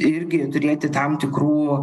irgi turėti tam tikrų